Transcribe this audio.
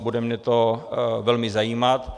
Bude mě to velmi zajímat.